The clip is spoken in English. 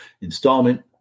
installment